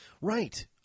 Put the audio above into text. Right